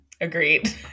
Agreed